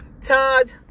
Todd